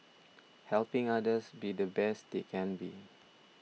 helping others be the best they can be